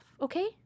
okay